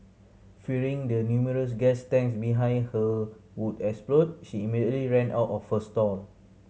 fearing the numerous gas tanks behind her would explode she immediately ran out of her stall